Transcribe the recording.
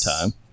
time